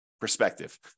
Perspective